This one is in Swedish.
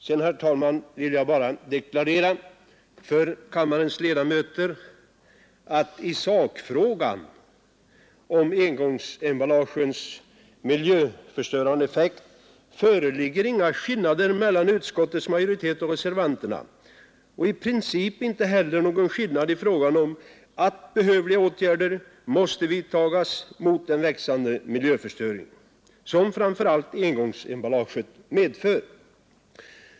Sedan, herr talman, vill jag bara deklarera för kammarens ledamöter att det i sakfrågan om engångsemballagens miljöförstörande effekt inte föreligger några skillnader mellan utskottets majoritet och reservanterna och i princip inte heller någon skillnad i uppfattningen, att behövliga åtgärder måste vidtas mot den växande miljöförstöring som framför allt engångsemballaget utgör.